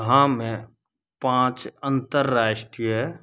हाँ मैं पाँच अंतरराष्ट्रीय